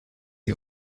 die